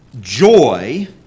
joy